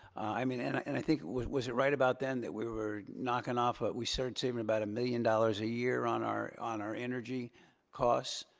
i mean and and i think was was it right about then that we were knocking off, ah we started saving about a million dollars a year on our on our energy costs?